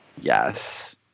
Yes